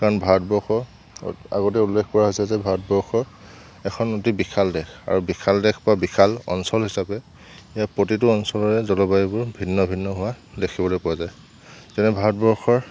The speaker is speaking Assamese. কাৰণ ভাৰতবৰ্ষ আগতে উল্লেখ কৰা হৈছে যে ভাৰতবৰ্ষ এখন অতি বিশাল দেশ আৰু বিশাল দেশ বা বিশাল অঞ্চল হিচাপে ইয়াৰ প্ৰতিটো অঞ্চলৰে জলবায়ুবোৰ ভিন্ন ভিন্ন হোৱা দেখিবলৈ পোৱা যায় যেনে ভাৰতবৰ্ষৰ